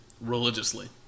religiously